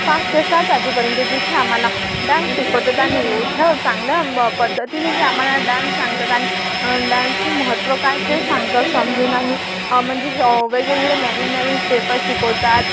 पाच ते सात वाजेपर्यंत जिथे आम्हाला डान्स शिकवतात आणि एवढ्या चांगल्या पद्धतीने ते आम्हाला डान्स सांगतात आणि डान्सचे महत्त्व काय ते सांगतात समजून आणि म्हणजे वेगवेगळे नवीन नवीन स्टेपा शिकवतात